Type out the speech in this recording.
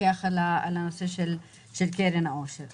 שנעמד על הרגליים האחוריות כדי להביא לכאן את הכול,